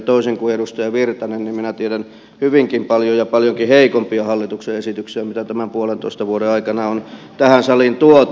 toisin kuin edustaja virtanen minä tiedän hyvinkin paljon ja paljonkin heikompia hallituksen esityksiä mitä tämän puolentoista vuoden aikana on tähän saliin tuotu